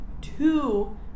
two